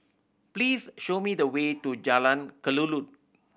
please show me the way to Jalan Kelulut